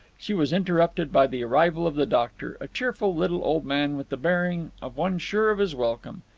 she was interrupted by the arrival of the doctor, a cheerful little old man with the bearing of one sure of his welcome.